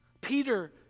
Peter